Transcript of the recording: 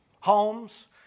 homes